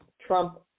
Trump